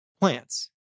plants